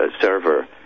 server